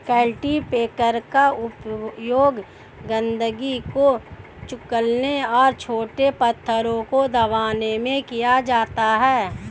cultipacker का उपयोग गंदगी को कुचलने और छोटे पत्थरों को दबाने में किया जाता है